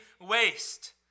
waste